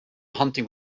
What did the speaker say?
hunting